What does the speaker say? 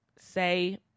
say